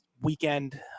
weekend